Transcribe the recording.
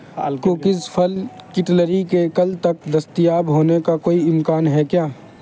ال کوکیز پھل کٹلری کے کل تک دستیاب ہونے کا کوئی امکان ہے کیا